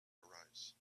arise